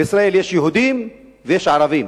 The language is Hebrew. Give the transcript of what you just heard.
בישראל יש יהודים ויש ערבים.